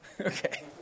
Okay